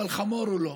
אבל חמור הוא לא.